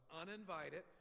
uninvited